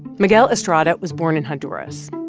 miguel estrada was born in honduras,